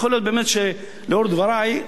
יכול להיות באמת שלאור דברי,